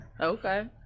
Okay